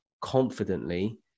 confidently